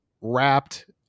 wrapped